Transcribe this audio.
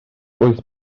wyth